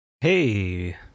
Hey